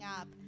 up